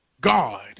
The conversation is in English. God